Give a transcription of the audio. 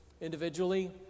individually